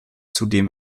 zudem